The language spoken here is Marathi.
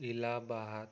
इलाहबाद